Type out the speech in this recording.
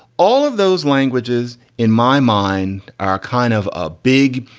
all of those languages in my mind are kind of a big,